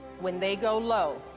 when they go low,